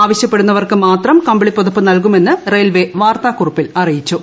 ആവശ്യപ്പെടുന്നവർക്ക് മാത്രം കമ്പിളിപ്പുതപ്പ് നല്കുമെന്ന് റയിൽവേ വാർത്താ കുറിപ്പിൽ അറിയിച്ചു